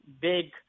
big